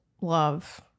love